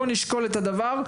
בואו נשקול את הדבר.